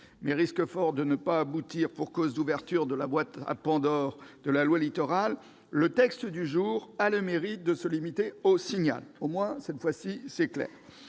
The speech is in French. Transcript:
mais risquent fort de ne pas aboutir pour cause d'ouverture de la boîte de Pandore de la loi Littoral, le texte présenté ce jour a le mérite de se limiter au Signal : cette fois-ci, c'est clair.